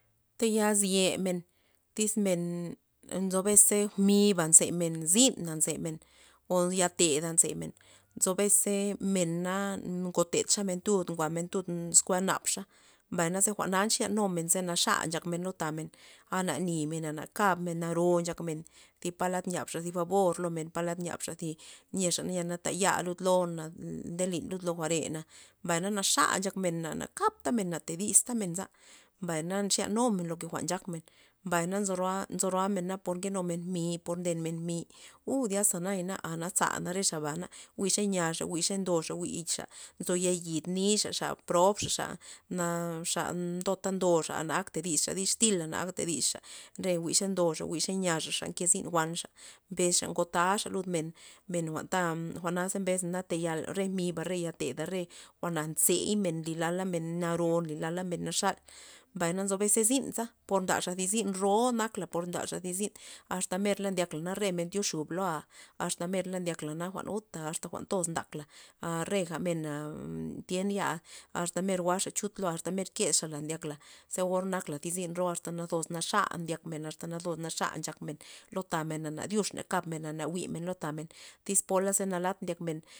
Tayal zyemen, tyz men nzo bes ze mi'ba nzemen nzemen zyn na nzemen o yateda nzemen nzo bes ze men na ngotedxa men tud nguamen tud eskua napxa, mbay naze jwa'na nxyanumen naxa nchakmen lud lo tamen ana nymen ana kabmen naro nchakmen thi palad nyabxa thi fabor lomen palad nyaba zi yeo na taya lud lonna ndelin lud jwa're mbay na naxa nchakmen na kaptamen na tadistamen menza, mbayna nxyanumen lo jwa'n nchakmen mbay nzo roamen- roamen por nkenumen mi' por ndenmen mi' uu azy nayana ana zana re xabana wiz xe nyaxa jwi'xa xe ndoxa jwi'xa nzo ya yid nixa xa probxa xa na xa ndota ana akta tedisxa dixtyla na akta todisxa re xe ndoxa jwi'xa yiaxa xa nke zyn wanxa mbesxa ngotaxa lud men men jwa'nta jwa'na ze mbesna taya re mi'ba re yateda re jwa'na nzeymen nlyla lamen naro nlyla lemen naxal, mbay nzo bes zynsa ndaxathi zyn ro por nakla por mdaxa thi zyn asta merla ndyakla re men tyoxub lo asta mer la ndyak na uta asta jwa'n toz ntakla a reja mena tyen ya asta mer jwa'xa chut lo asta mer kezxala ndyakla ze or nakla thi zyn ro asta nazos naxa ndyakmen asta nazos naxa nchakmen lo tamen ana dyux a ana jwi'men lo tamen tyz pola nalat ndyakemen.